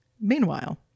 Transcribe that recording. Meanwhile